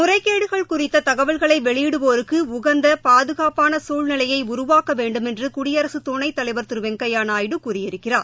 முறைகேடுகள் குறித்த தகவல்களை வெளியிடுவோருக்கு உகந்த பாதுகாப்பான சசூழ்நிலையை உருவாக்க வேண்டுமென்று குடியரசு துணைத்தலைவர் திரு வெங்கையா நாயுடு கூறியிருக்கிறார்